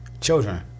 children